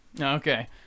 okay